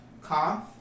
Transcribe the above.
Cough